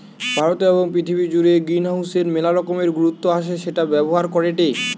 ভারতে এবং পৃথিবী জুড়ে গ্রিনহাউসের মেলা রকমের গুরুত্ব আছে সেটা ব্যবহার করেটে